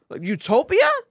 Utopia